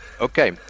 Okay